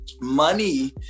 money